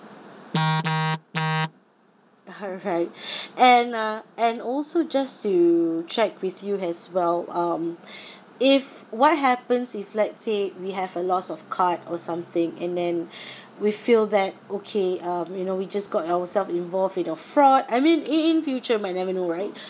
all right and uh and also just to check with you as well um if what happens if let's say we have a loss of card or something and then we feel that okay um you know we just got ourself involved with a fraud I mean in in future might never know right